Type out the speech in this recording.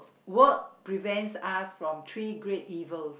work prevents us from three great evils